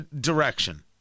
direction